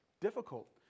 difficult